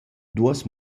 duos